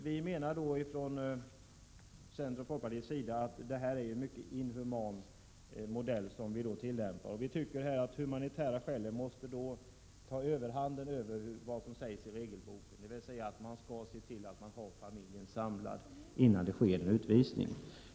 Vi menar från centerns och folkpartiets sida att det är en mycket inhuman modell som tillämpas. Vi anser att humanitära skäl måste ta överhanden över vad som sägs i regelboken, dvs. att man skall se till att ha familjen samlad innan det sker en utvisning.